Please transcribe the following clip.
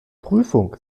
prüfung